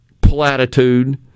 platitude